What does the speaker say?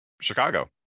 Chicago